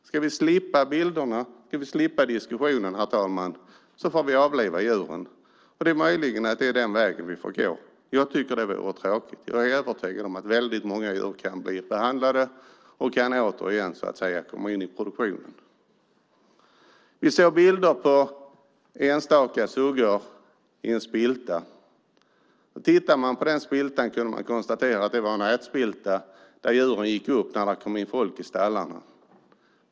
Ska vi slippa bilderna, och ska vi slippa diskussionen får vi avliva djuren. Det är möjligt att det är den vägen som vi får gå. Jag tycker att det vore tråkigt. Jag är övertygad om att många djur kan bli behandlade och återigen komma in i produktionen. Vi ser bilder på enstaka suggor i en spilta. Tittar man på den spiltan kan man konstatera att det var en ätspilta dit djuren går när det kommer in folk i stallarna.